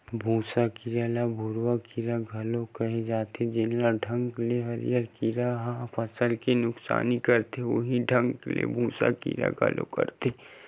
भूँसा कीरा ल भूरूवा कीरा घलो केहे जाथे, जेन ढंग ले हरियर कीरा ह फसल के नुकसानी करथे उहीं ढंग ले भूँसा कीरा घलो करथे